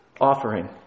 offering